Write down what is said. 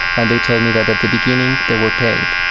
and they told me that at the beginning they were paid.